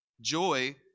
Joy